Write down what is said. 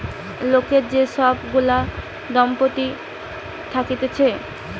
লোকের যে সব গুলা সম্পত্তি থাকছে